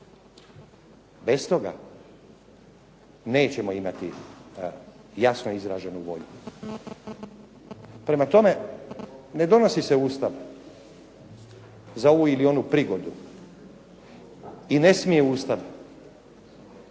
Bez toga nećemo imati jasno izraženu volju. Prema tome, ne donosi se Ustav za ovu ili onu prigodu i ne smije Ustav biti